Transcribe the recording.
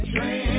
Train